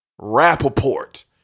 Rappaport